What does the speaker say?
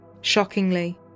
Shockingly